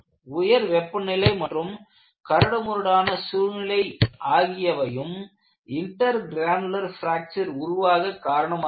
உயர் வெப்பநிலை மற்றும் கரடுமுரடான சூழ்நிலை ஆகியவையும் இன்டெர்க்ரானுலர் பிராக்ச்சர் உருவாக காரணமாகிறது